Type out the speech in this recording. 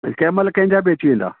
कंहिंमहिल कंहिंजा बि अची वेंदा